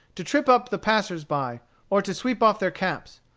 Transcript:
to trip up the passers-by or to sweep off their caps.